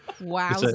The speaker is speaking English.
wow